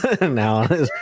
now